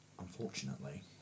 Unfortunately